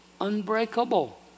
Unbreakable